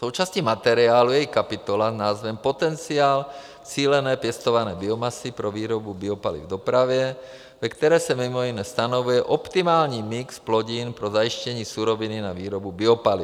Součástí materiálu je i kapitola s názvem Potenciál cíleně pěstované biomasy pro výrobu biopaliv v dopravě, ve které se mj. stanovuje optimální mix plodin pro zajištění suroviny na výrobu biopaliv.